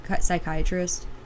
psychiatrist